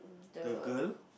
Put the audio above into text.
the girl